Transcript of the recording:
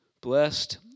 Blessed